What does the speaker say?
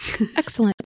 Excellent